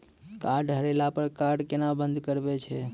Card हेरैला पर card केना बंद करबै छै?